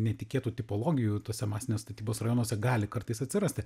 netikėtų tipologijų tuose masinės statybos rajonuose gali kartais atsirasti